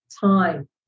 time